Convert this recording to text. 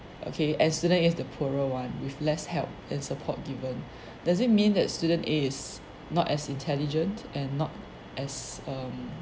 okay and student A is the poorer one with less help and support given does it mean that student A is not as intelligent and not as um